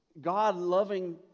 God-loving